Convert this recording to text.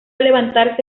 levantarse